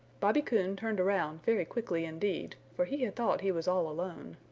bobby coon turned around very quickly indeed, for he had thought he was all alone.